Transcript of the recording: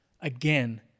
again